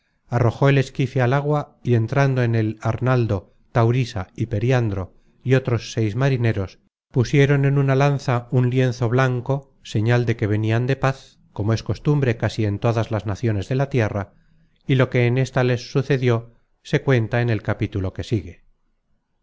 arrojó el esquife al agua y entrando en él arnaldo taurisa y periandro y otros seis marineros pusieron en una lanza un lienzo blanco señal de que venian de paz como es costumbre casi en todas las naciones de la tierra y lo que en ésta les sucedió se cuenta en el capítulo que se sigue